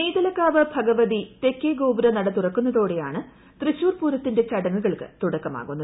നെയ്തലക്കാവ് ഭൃശ്വ്തീ തെക്കേ ഗോപുരനട തുറക്കുന്നത്തോടെയാണ് തൃശൂർ ്പൂരത്തിന്റെ ചടങ്ങുകൾക്ക് തുടക്കമാകുന്നത്